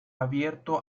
abierto